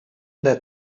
that